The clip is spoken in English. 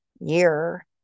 year